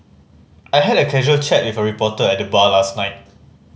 I had a casual chat with a reporter at the bar last night